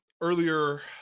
earlier